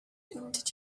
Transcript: did